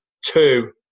two